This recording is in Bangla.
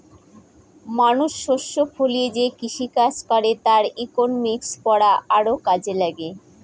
মানুষ শস্য ফলিয়ে যে কৃষিকাজ করে তার ইকনমিক্স পড়া আরও কাজে লাগে